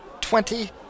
Twenty